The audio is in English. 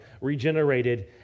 regenerated